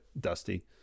Dusty